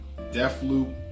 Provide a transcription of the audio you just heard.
Deathloop